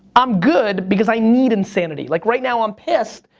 i'm good because i need insanity. like right now i'm pissed.